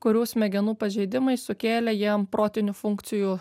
kurių smegenų pažeidimai sukėlė jiem protinių funkcijų